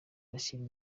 bashyira